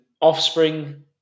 offspring